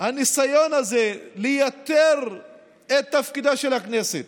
שהניסיון הזה לייתר את תפקידה של הכנסת,